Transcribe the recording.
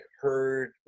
heard